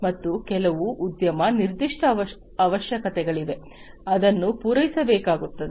ಮತ್ತು ಕೆಲವು ಉದ್ಯಮ ನಿರ್ದಿಷ್ಟ ಅವಶ್ಯಕತೆಗಳಿವೆ ಅದನ್ನು ಪೂರೈಸಬೇಕಾಗುತ್ತದೆ